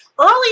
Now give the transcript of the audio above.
early